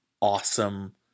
awesome